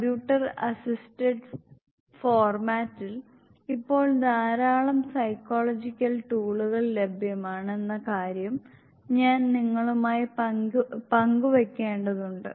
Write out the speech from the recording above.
computer assisted ഫോർമാറ്റിൽ ഇപ്പോൾ ധാരാളം സൈക്കോളജിക്കൽ ടൂളുകൾ ലഭ്യമാണ് എന്ന കാര്യം ഞാൻ നിങ്ങളുമായി പങ്കുവയ്ക്കേണ്ടതുണ്ട്